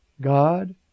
God